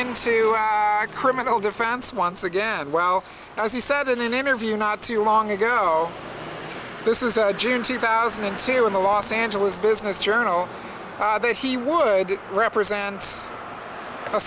into criminal defense once again well as he said at an interview not too long ago this is a june two thousand and two in the los angeles business journal that he would represent